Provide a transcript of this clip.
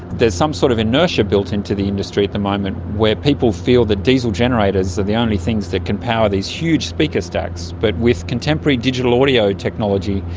there is some sort of inertia built into the industry at the moment where people feel that diesel generators are the only things that can power these huge speaker stacks. but with contemporary digital audio technology,